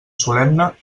solemne